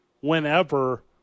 whenever